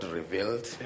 revealed